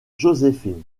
joséphine